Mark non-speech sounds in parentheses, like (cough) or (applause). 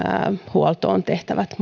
huoltoon tehtävät (unintelligible)